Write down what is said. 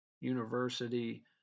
University